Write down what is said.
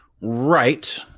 right